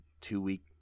two-week